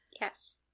yes